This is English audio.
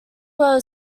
were